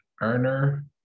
earner